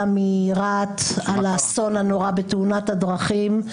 מרהט על האסון הנורא בתאונת הדרכים.